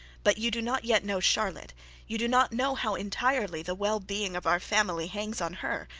but you do not yet know charlotte you do not know how entirely the well-being of our family hangs on her.